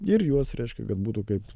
ir juos reiškia kad būtų kaip